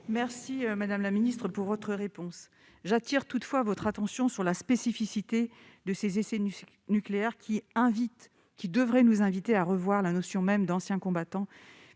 Merci, madame la ministre, pour votre réponse. J'attire toutefois votre attention sur la spécificité de ces essais nucléaires, qui devrait nous inviter à revoir la notion même d'ancien combattant,